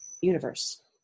universe